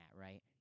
right